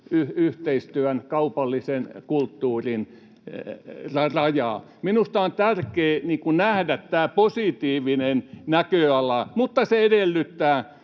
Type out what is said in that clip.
myöskin kaupallisen ja kulttuurin yhteistyön raja. Minusta on tärkeää nähdä tämä positiivinen näköala, mutta se edellyttää